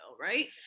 Right